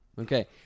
Okay